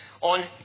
on